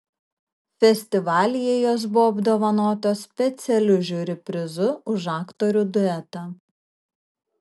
festivalyje jos buvo apdovanotos specialiu žiuri prizu už aktorių duetą